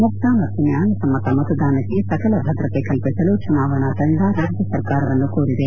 ಮುಕ್ತ ಮತ್ತು ನ್ಯಾಯ ಸಮ್ಹತ ಮತದಾನಕ್ಕೆ ಸಕಲ ಭದ್ರತೆ ಕಲ್ಪಿಸಲು ಚುನಾವಣಾ ತಂಡ ರಾಜ್ಯ ಸರ್ಕಾರವನ್ನು ಕೋರಿದೆ